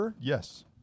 Yes